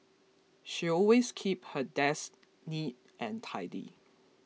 she always keep her desk neat and tidy